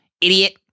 idiot